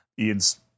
Ian's